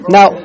Now